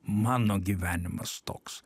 mano gyvenimas toks